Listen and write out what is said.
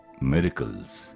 miracles